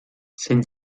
sind